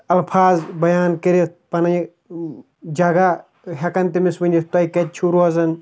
الفاظ بیان کٔرِتھ پنٕنۍ جگہ ہٮ۪کان تیٚمِس ؤنِتھ تۄہِہ کَتہِ چھو روزان